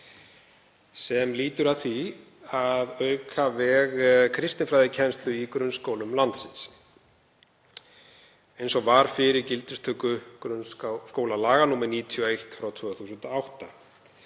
sem lýtur að því að auka veg kristinfræðikennslu í grunnskólum landsins eins og var fyrir gildistöku grunnskólalaga, nr. 91/2008.